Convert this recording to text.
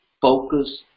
Focus